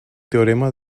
teorema